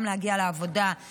גם להגיע לעבודה,